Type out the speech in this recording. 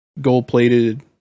gold-plated